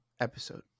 episode